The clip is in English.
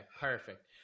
perfect